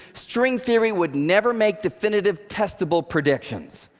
string theory would never make definitive, testable predictions.